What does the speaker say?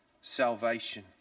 salvation